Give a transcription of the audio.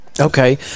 Okay